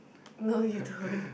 no you don't